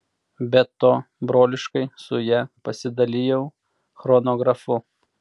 be to broliškai su ja pasidalijau chronografu